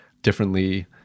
differently